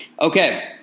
Okay